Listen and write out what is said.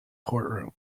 courtroom